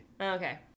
Okay